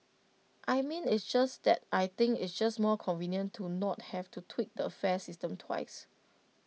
I mean it's just that I think it's just more convenient to not have to tweak the fare system twice